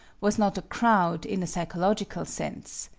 was not a crowd in a psychological sense.